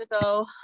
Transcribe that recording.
ago